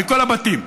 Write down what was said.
מכל הבתים,